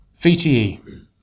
VTE